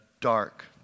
dark